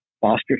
foster